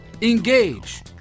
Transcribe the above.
engage